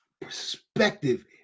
perspective